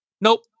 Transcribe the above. nope